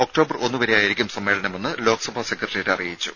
October ഒന്ന് വരെയായിരിക്കും സമ്മേളനമെന്ന് ലോക്സഭാ സെക്രട്ടറിയേറ്റ് അറിയിച്ചു